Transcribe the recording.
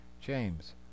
james